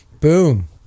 Boom